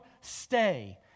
stay